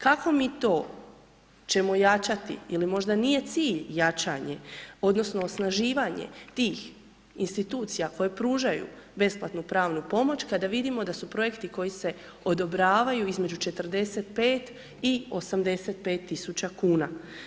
Kako mi to ćemo ojačati ili možda nije cilj jačanje odnosno osnaživanje tih Institucija koje pružaju besplatnu pravnu pomoć, kada vidimo da su projekti koji se odobravaju između 45 i 85.000,00 kn.